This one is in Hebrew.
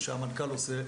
ושהמנכ"ל עושה,